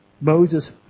Moses